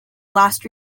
last